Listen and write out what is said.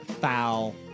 foul